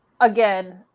again